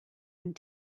and